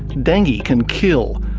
dengue can kill,